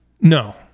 No